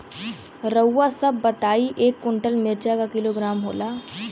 रउआ सभ बताई एक कुन्टल मिर्चा क किलोग्राम होला?